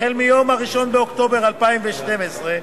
מיום 1 באוקטובר 2012,